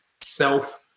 self